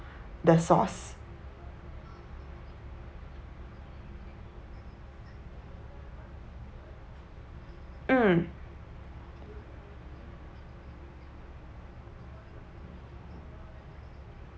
the sauce mm